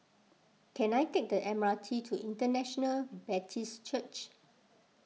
can I take the M R T to International Baptist Church